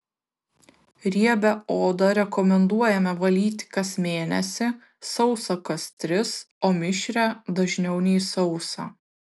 riebią odą rekomenduojame valyti kas mėnesį sausą kas tris o mišrią dažniau nei sausą